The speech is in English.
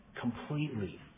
Completely